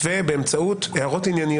אני חושב שלפעמים אפשר לעשות את זה בהתאם לזמנים.